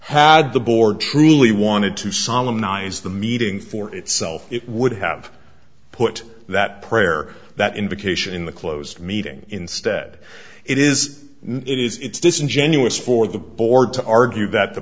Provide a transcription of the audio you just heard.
had the board truly wanted to solomon eyes the meeting for itself it would have put that prayer that invocation in the closed meeting instead it is it is it's disingenuous for the board to argue that the